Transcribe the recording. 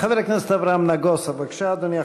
חבר הכנסת אברהם נגוסה, בבקשה, אדוני.